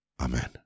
Amen